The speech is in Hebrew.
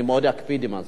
אני מאוד אקפיד על הזמן.